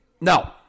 No